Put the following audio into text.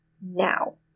now